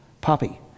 Poppy